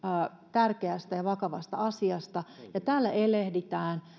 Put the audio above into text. tärkeästä ja vakavasta asiasta ja täällä elehditään